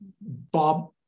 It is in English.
Bob